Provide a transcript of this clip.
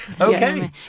okay